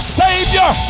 savior